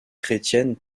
chrétienne